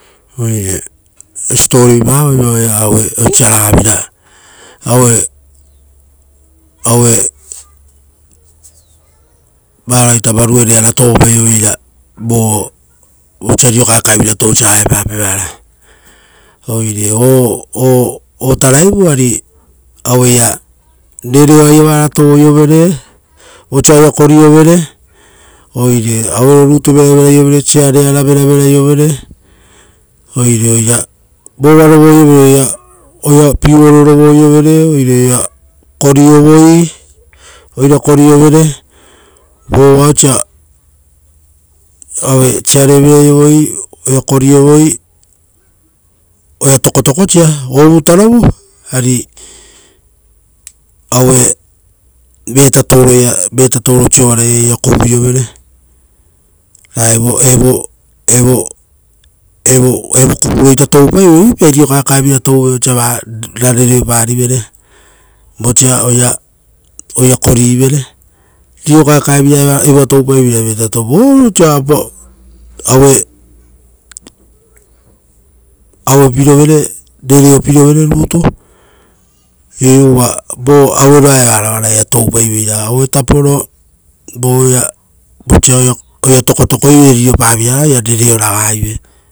Oire stori siposipo pavoi vaoi aue osa ragavira aue aue vaoita varuerea tovopaio veira vo vosia riro kaekae vira tousa auepape vara oire otaraivu ari aveia ari aueia rereo aia vara tovoiovere osa oira koriovere, oire aue rutu veravera iovere sarea ra veravera iovere. oire- oira- vova oira rovo iovere oira piuu oro rovoiovere, oire oira koriovoi, oira kori overe vova osa ave sare vera iovoi, ora koriovoi, oira tokotokosa, ovutaro vu ari aue vetatouro sovaraia oira kuvu iovere, ra evo kuvoro ita toupaivoi uvuipaita riro kaekaevira touve osa vara rereopari vere, vosa oira kori vere. Riro kaekae vira evo toupai veira evoa vetaa tou, vore osa aue pirovere rereopiro vere rutu. Iu uva vo auero evara oaraia toupaiveira, ave taporo vosa oira tokotoko ivere.